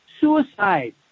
suicide